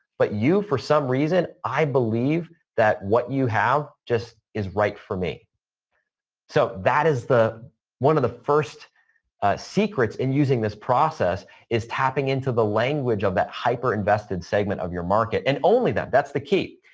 but you for some reason, i believe that what you have just is right for me. ryan levesque so, that is the one of the first secrets in using this process is tapping into the language of that hyper invested segment of your market and only them. that's the key.